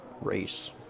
race